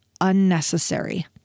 unnecessary